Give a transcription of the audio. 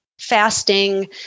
Fasting